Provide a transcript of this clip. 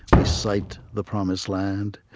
we sight the promised land?